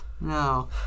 No